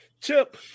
Chip